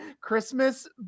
Christmas